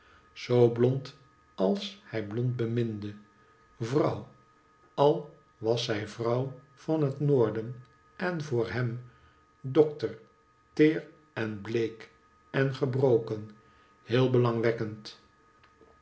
zoo blond als hij blond beminde vrouw al was zij vrouw van het noorden en voor hem dokter ter en bleek en gebroken heel